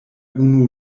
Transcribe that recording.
unu